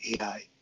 AI